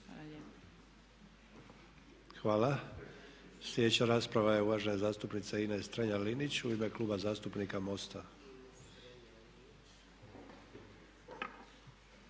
Hvala. Sljedeća rasprava je uvažene zastupnice Ines Strenja- Linić u ime Kluba zastupnika MOST-a.